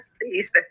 please